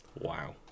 Wow